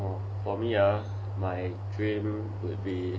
for me ah my dream will be